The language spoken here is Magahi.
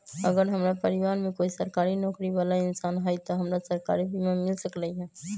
अगर हमरा परिवार में कोई सरकारी नौकरी बाला इंसान हई त हमरा सरकारी बीमा मिल सकलई ह?